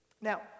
Now